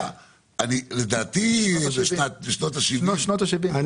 לדעתי זה היה בשנות ה-70'.